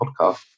podcast